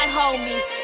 homies